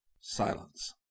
Silence